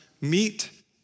meet